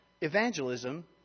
Evangelism